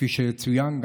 כפי שגם צוין,